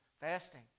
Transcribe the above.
Fasting